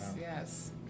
yes